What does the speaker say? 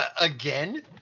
again